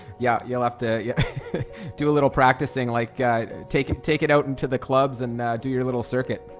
yeah, you'll have to yeah do a little practicing like guy take it take it out into the clubs and now do your little circuit.